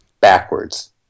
backwards